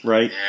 Right